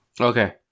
Okay